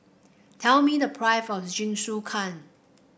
tell me the of Jingisukan